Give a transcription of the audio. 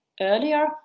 earlier